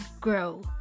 grow